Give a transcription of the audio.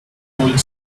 old